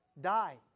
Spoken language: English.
die